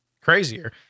crazier